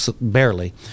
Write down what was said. barely